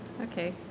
okay